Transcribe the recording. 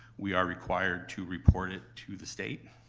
we are required to report it to the state,